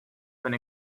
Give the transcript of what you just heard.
been